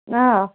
آ